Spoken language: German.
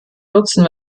nutzen